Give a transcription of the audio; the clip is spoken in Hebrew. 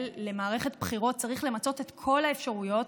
למערכת בחירות צריך למצות את כל האפשרויות,